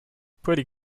pretty